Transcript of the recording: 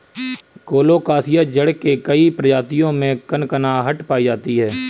colocasia जड़ के कई प्रजातियों में कनकनाहट पायी जाती है